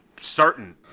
certain